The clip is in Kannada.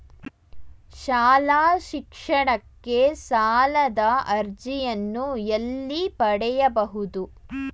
ಶಾಲಾ ಶಿಕ್ಷಣಕ್ಕೆ ಸಾಲದ ಅರ್ಜಿಯನ್ನು ಎಲ್ಲಿ ಪಡೆಯಬಹುದು?